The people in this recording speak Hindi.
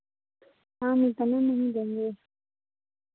हम इतना नहीं देंगे